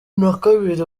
nakabiri